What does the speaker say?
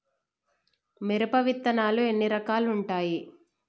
మిరప విత్తనాలు ఎన్ని రకాలు ఉంటాయి?